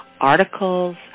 articles